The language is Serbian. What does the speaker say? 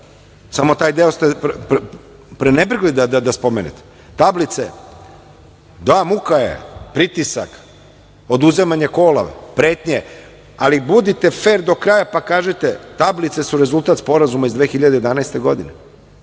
Samo, taj deo ste prenebregli da spomenete. Tablice, da, muka je, pritisak, oduzimanje kola, pretnje, ali budite fer do kraja, pa kažite – tablice su rezultat sporazuma iz 2011. godine.